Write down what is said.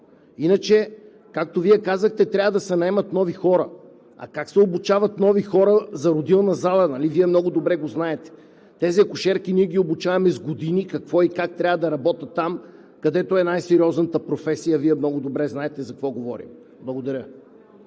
Иначе, както Вие казахте, трябва да се наемат нови хора. А как се обучават нови хора за родилна зала? Вие много добре го знаете. Тези акушерки ние ги обучаваме с години какво и как трябва да работят там, където е най-сериозната професия. Вие много добре знаете за какво говоря.